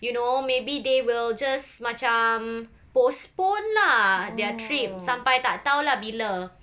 you know maybe they will just macam postpone lah their trip sampai tak tahu lah bila